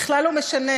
בכלל לא משנה.